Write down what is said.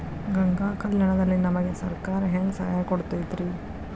ಗಂಗಾ ಕಲ್ಯಾಣ ದಲ್ಲಿ ನಮಗೆ ಸರಕಾರ ಹೆಂಗ್ ಸಹಾಯ ಕೊಡುತೈತ್ರಿ?